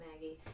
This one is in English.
Maggie